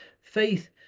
Faith